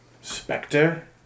Spectre